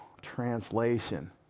translation